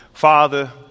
Father